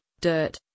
dirt